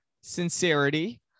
sincerity